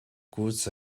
course